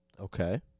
Okay